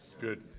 Good